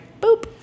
boop